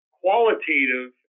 qualitative